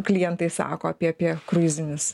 klientai sako apie apie kruizinis